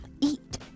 eat